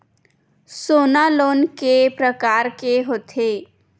सोना लोन के प्रकार के होथे?